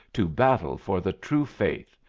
to battle for the true faith.